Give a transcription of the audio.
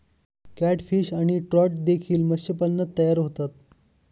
catfish आणि trout देखील मत्स्यपालनात तयार होतात